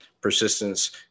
persistence